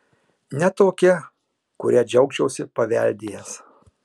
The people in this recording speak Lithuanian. ne tokia kurią džiaugčiausi paveldėjęs